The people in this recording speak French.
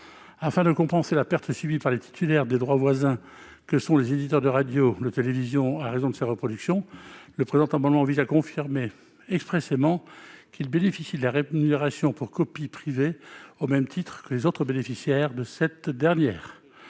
Afin de compenser la perte subie par les titulaires de droits voisins que sont les éditeurs de radio et de télévision par suite de ces reproductions, le présent amendement vise à confirmer expressément qu'ils bénéficient du dispositif de rémunération pour copie privée, au même titre que les actuels bénéficiaires du système.